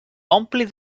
ompli